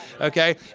okay